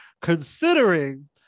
considering